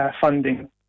funding